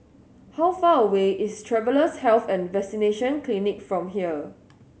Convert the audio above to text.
how far away is Travellers' Health and Vaccination Clinic from here